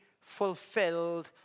fulfilled